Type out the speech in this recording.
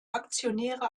aktionäre